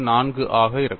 4 ஆக இருக்கும்